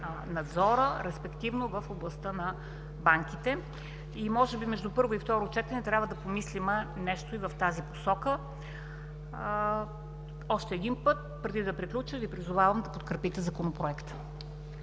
надзорът, респективно в областта на банките. Между първо и второ четене може би трябва да помислим нещо и в тази посока. Още един път, преди да приключа, Ви призовавам да подкрепите Законопроекта.